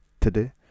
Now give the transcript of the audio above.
today